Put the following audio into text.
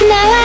Now